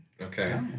Okay